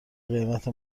قیمت